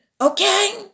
Okay